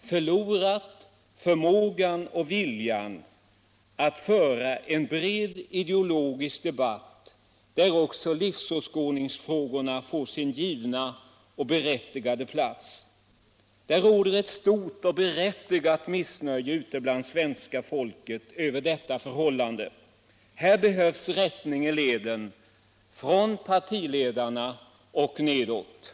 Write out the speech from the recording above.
förlorat förmågan och viljan att föra en bred ideologisk debatt, där också livsåskådningsfrågorna får sin givna och berättigade plats? Det råder ett stort och berättigat missnöje ute bland svenska folket över detta förhållande. Här behövs rättning i leden, från partiledarna och nedåt.